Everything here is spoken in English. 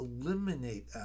eliminate